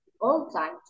all-time